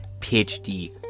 PhD